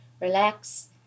relax